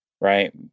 right